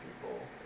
people